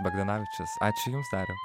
bagdonavičius ačiū jums dariau